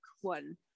one